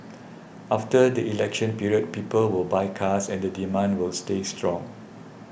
after the election period people will buy cars and the demand will stay strong